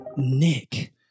nick